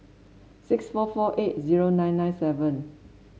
six four four eight zero nine nine seven